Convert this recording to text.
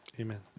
amen